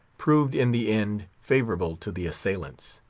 proved, in the end, favorable to the assailants.